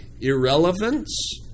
Irrelevance